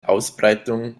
ausbreitung